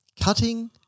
Cutting